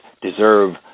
deserve